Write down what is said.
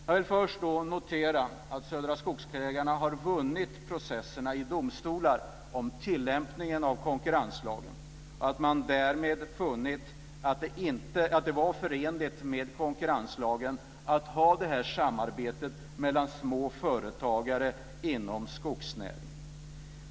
Jag vill först notera att Södra Skogsägarna har vunnit processerna i domstolar om tillämpningen av konkurrenslagen och att man därmed funnit att det var förenligt med konkurrenslagen att ha ett samarbete mellan små företagare inom skogsnäringen.